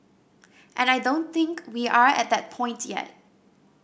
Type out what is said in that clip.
and I don't think we are at that point yet